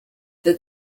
the